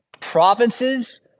provinces